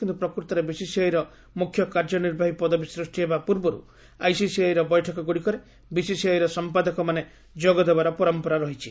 କିନ୍ତୁ ପ୍ରକୃତରେ ବିସିସିଆଇ ର ମୁଖ୍ୟ କାର୍ଯ୍ୟ ନିର୍ବାହୀ ପଦବୀ ସୃଷ୍ଟି ହେବା ପୂର୍ବରୁ ଆଇସିସିଆଇ ର ବୈଠକଗୁଡ଼ିକରେ ବିସିସିଆଇ ର ସମ୍ପାଦକମାନେ ଯୋଗ ଦେବାର ପରମ୍ପରା ରହିଛି